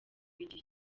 igihe